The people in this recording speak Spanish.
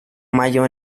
mayo